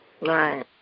Right